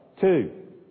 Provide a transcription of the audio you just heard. Two